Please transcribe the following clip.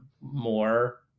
more